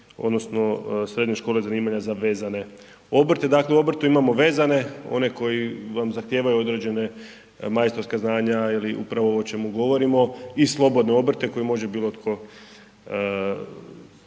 odnosno srednje škole zanimanja za vezane obrte. Dakle u obrtu imamo vezane, one koji vam zahtijevaju određene majstorska znanja ili upravo ovo o čemu govorimo i slobodne obrte koje može bilo tko